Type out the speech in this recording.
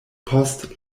post